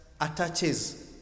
attaches